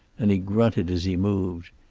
and he grunted as he moved.